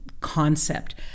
concept